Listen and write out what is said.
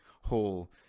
whole